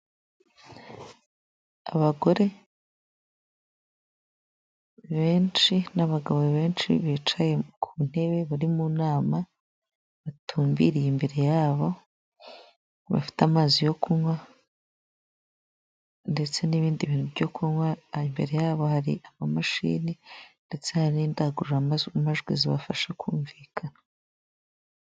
Abagore benshi n'abagabo benshi bicaye ku ntebe bari mu nama batumbiriye imbere yabo bafite amazi yo kunywa ndetse n'ibindi bintu byo kunywa imbere yabo hari amamashini ndetse hari n'indangururamajwi zibafasha kumvikana.